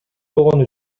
болгону